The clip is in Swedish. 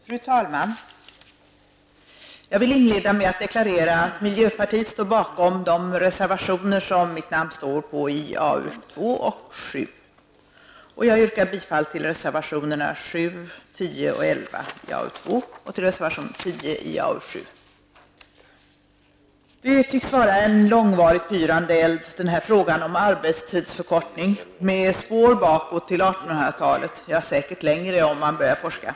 Fru talman! Jag vill inleda med att deklarera att miljöpartiet står bakom de reservationer som mitt namn står på i arbetsmarknadsutskottets betänkande 2. Jag yrkar bifall till reservationerna Det tycks vara en långvarigt pyrande eld, denna fråga om arbetstidsförkortning med spår bakåt till 1800-talet, ja, säkert längre om man började forska.